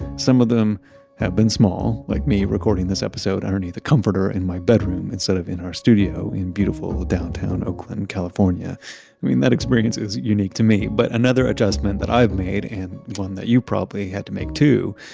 some of them have been small like me recording this episode underneath the comforter in my bedroom instead of in our studio in beautiful, downtown oakland, california. i mean, that experience is unique to me, but another adjustment that i've made and one that you probably had to make too,